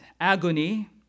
agony